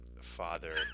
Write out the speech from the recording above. father